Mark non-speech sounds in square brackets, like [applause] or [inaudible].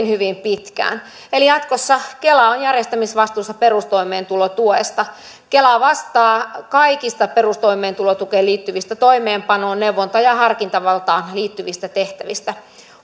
[unintelligible] hyvin pitkään eli jatkossa kela on järjestämisvastuussa perustoimeentulotuesta kela vastaa kaikista perustoimeentulotukeen liittyvistä toimeenpanoon neuvontaan ja harkintavaltaan liittyvistä tehtävistä